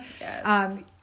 Yes